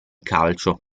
calcio